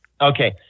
Okay